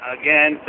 again